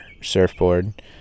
surfboard